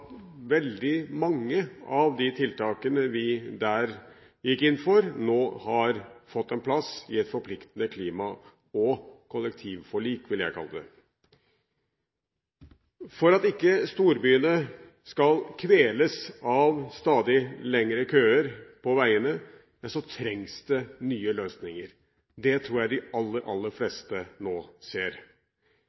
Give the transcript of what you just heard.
veldig mange av de tiltakene vi der gikk inn for, nå har fått en plass i det jeg vil kalle et forpliktende klima- og kollektivforlik. For at ikke storbyene skal kveles av stadig lengre køer på veiene, trengs det nye løsninger. Det tror jeg de aller, aller fleste nå ser.